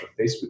Facebook